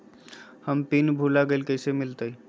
हम पिन भूला गई, कैसे मिलते?